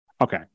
Okay